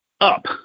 up